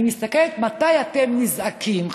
אני מסתכלת מתי אתם נזעקים,